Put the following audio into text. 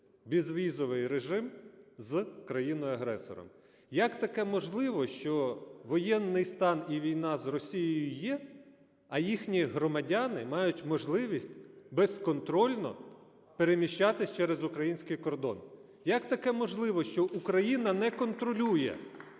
безвізовий режим з країною-агресором? Як таке можливо, що воєнний стан і війна з Росією є, а їхні громадяни мають можливість безконтрольно переміщатися через український кордон? Як таке можливо, що Україна не контролює